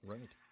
Right